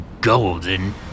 golden